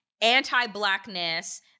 anti-blackness